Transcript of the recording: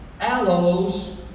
aloes